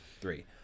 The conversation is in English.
three